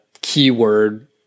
keyword